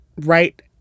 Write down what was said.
right